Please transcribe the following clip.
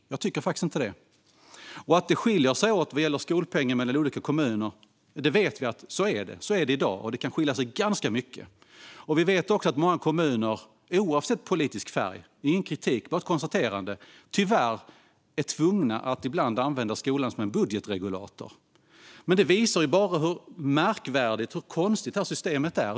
Jag tycker faktiskt inte det. Att det skiljer sig åt mellan olika kommuner vad gäller skolpengen vet vi. Så är det i dag, och det kan skilja sig ganska mycket. Vi vet också att många kommuner - oavsett politisk färg, så det är ingen kritik utan bara ett konstaterande - tyvärr är tvungna att ibland använda skolan som en budgetregulator. Men det visar ju bara hur märkvärdigt och konstigt det här systemet är.